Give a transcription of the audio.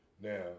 Now